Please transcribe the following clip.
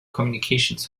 communications